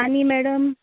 आनी मॅडम